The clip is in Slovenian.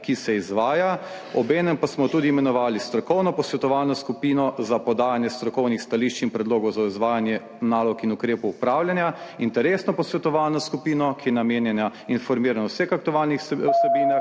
ki se izvaja, obenem pa smo tudi imenovali strokovno posvetovalno skupino za podajanje strokovnih stališč in predlogov za izvajanje nalog in ukrepov upravljanja, interesno posvetovalno skupino, ki je namenjena informiranju o vseh aktualnih vsebinah